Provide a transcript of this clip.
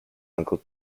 uncle